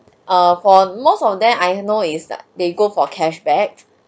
err for most of them I know is that they go for cashback